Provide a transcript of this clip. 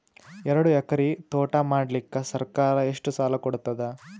ಎರಡು ಎಕರಿ ತೋಟ ಮಾಡಲಿಕ್ಕ ಸರ್ಕಾರ ಎಷ್ಟ ಸಾಲ ಕೊಡತದ?